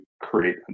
create